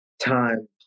time